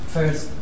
First